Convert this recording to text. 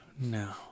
No